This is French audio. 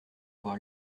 avoir